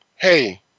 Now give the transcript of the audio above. Hey